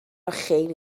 خیلی